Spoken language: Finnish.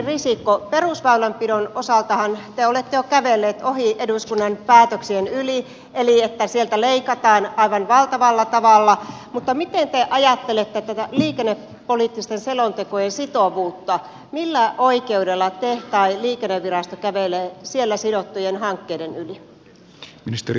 perusväylänpidon osaltahan te olette jo kävellyt eduskunnan päätöksien yli niin että sieltä leikataan aivan valtavalla tavalla mutta miten te ajattelette tätä liikennepoliittisten selontekojen sitovuutta millä oikeudella te tai liikennevirasto kävelette siellä sidottujen hankkeiden yli